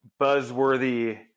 buzzworthy